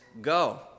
go